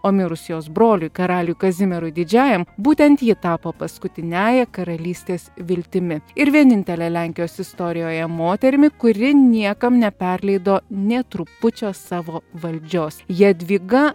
o mirus jos broliui karaliui kazimierui didžiajam būtent ji tapo paskutiniąja karalystės viltimi ir vienintele lenkijos istorijoje moterimi kuri niekam neperleido nė trupučio savo valdžios jadvyga